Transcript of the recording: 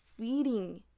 feeding